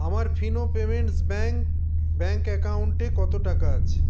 আমার Fino payments bank bank অ্যাকাউন্টে কত টাকা আছে